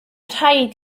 rhaid